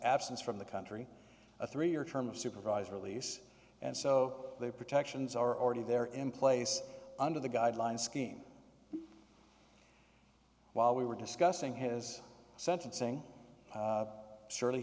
absence from the country a three year term of supervised release and so the protections are already there in place under the guidelines scheme while we were discussing his sentencing surely